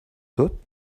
tot